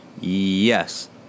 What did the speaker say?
Yes